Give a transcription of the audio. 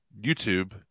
YouTube